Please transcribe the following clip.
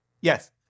yes